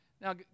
now